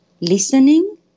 listening